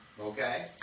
Okay